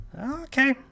okay